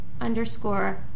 underscore